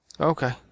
Okay